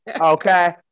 Okay